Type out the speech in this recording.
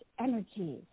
energy